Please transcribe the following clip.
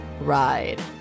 ride